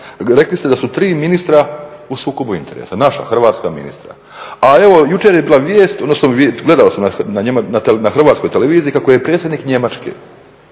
rekli ste da su tri ministra u sukobu interesa, naša hrvatska ministra. A evo jučer je bilo i gledao sam na HRT-u kako je predsjednik Njemačke